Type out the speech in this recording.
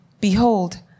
Behold